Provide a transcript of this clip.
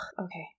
okay